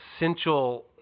essential